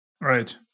Right